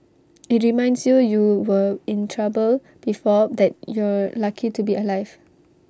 IT reminds you you were in trouble before that you're lucky to be alive